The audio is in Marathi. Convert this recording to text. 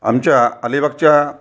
आमच्या अलिबागच्या